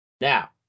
Now